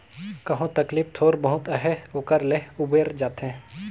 कहो तकलीफ थोर बहुत अहे ओकर ले उबेर जाथे